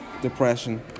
depression